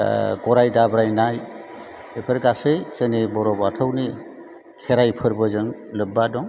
ओह गराइ दाब्राइनाय बेफोर गासै जोंनि बर' बाथौनि खेराइ फोरबो जों लोब्बा दं